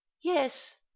Yes